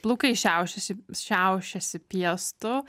plaukai šiaušiasi šiaušiasi piestu